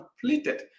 completed